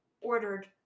ordered